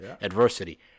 adversity